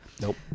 Nope